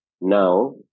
now